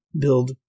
build